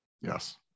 yes